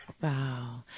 Wow